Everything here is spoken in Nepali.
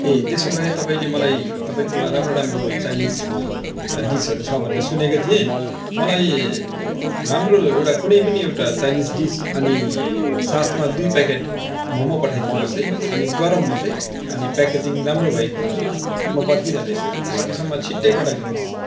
ए त्यसो भए तपाईँले मलाई तपाईँकोमा राम्रो राम्रो चाइनिज डिसहरू छ भनेको सुनेको थिएँ मलाई राम्रो कुनै पनि एउटा चाइनिज डिस अनि साथमा दुई प्याकेट मोमो पठाइ दिनुहोस् है अनि गरमा होस् है अनि प्याकेजिङ राम्रो भएको होस् ल म पर्खिरहदैछु सकेसम्म छिट्टै पठाइ दिनुहोस्